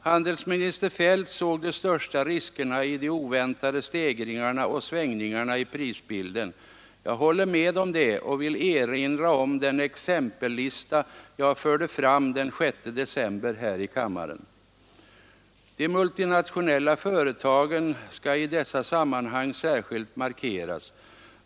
Handelsminister Feldt såg de största riskerna i de oväntade stegringarna och svängningarna i prisbilden. Jag håller med om det och vill erinra om den exempellista jag förde fram den 6 december här i kammaren. De multinationella företagen skall i dessa sammanhang särskilt markeras.